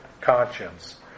conscience